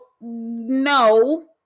no